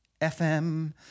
FM